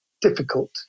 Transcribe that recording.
difficult